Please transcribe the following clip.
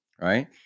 right